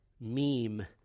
meme